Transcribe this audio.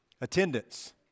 attendance